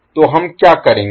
तो हम क्या करेंगे